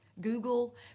Google